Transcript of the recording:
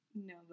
No